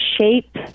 shape